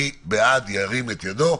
מי בעד, ירים את ידו.